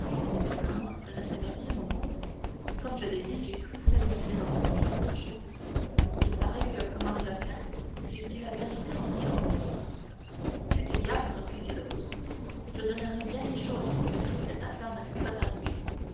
moi je ne savais rien au monde comme je l'ai dit j'ai cru faire une plaisanterie pas autre chose il paraît que comme arlequin j'ai dit la vérité en riant c'est égal reprit caderousse je donnerais bien des choses pour que toute cette affaire ne fût pas arrivée